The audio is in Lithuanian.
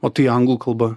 o tai anglų kalba